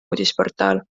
uudisportaal